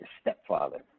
stepfather